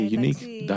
unique